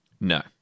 No